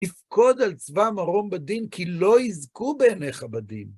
יפקוד על צבא מרום בדין כי לא יזכו בעיניך בדין.